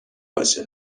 باشی